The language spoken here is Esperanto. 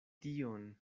tion